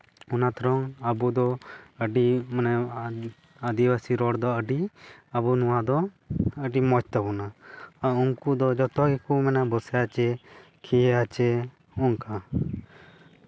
ᱚᱱᱟ ᱛᱮᱲᱚᱝ ᱟᱵᱚ ᱫᱚ ᱟᱹᱰᱤ ᱢᱟᱱᱮ ᱟᱹᱫᱤᱵᱟᱹᱥᱤ ᱨᱚᱲ ᱫᱚ ᱟᱹᱰᱤ ᱟᱵᱚ ᱱᱚᱣᱟ ᱫᱚ ᱟᱹᱰᱤ ᱢᱚᱡᱽ ᱛᱟᱵᱚᱱᱟ ᱩᱱᱠᱩ ᱫᱚ ᱡᱚᱛᱚ ᱜᱮᱠᱚ ᱢᱮᱱᱟ ᱵᱚᱥᱮ ᱟᱪᱷᱮ ᱠᱷᱮᱭᱮ ᱟᱪᱷᱮ ᱱᱚᱝᱠᱟ